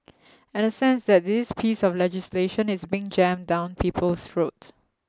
and a sense that this piece of legislation is being jammed down people's throats